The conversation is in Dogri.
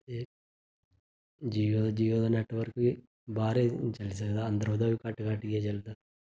ते जिओ दा जिओ दा नैट्टवर्क बी बाह्र गै चली सकदा अंदर ओह्दा बी घट्ट घट्ट गै चलदा